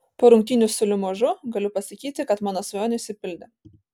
po rungtynių su limožu galiu pasakyti kad mano svajonė išsipildė